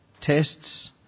tests